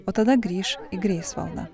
o tada grįš į greifsvaldą